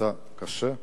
נפצעה קשה,